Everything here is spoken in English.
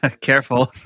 Careful